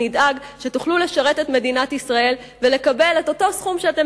נדאג שתוכלו לשרת את מדינת ישראל ולקבל אותו סכום שאתם